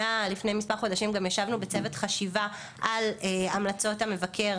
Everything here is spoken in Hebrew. גם ישבנו בצוות החשיבה על המלצות המבקר,